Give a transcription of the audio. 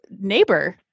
neighbor